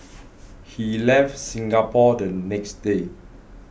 he left Singapore the next day